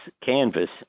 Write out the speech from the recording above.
canvas